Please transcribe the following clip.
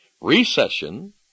Recession